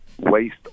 waste